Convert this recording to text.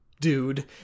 dude